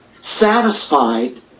satisfied